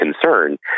concern